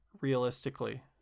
realistically